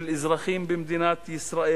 של אזרחים במדינת ישראל.